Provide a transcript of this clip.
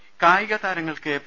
് കായിക താരങ്ങൾക്ക് പി